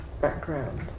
background